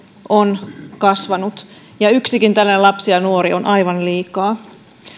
on kasvanut yksikin tällainen lapsi ja nuori on aivan liikaa